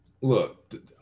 Look